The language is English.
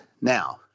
Now